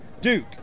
duke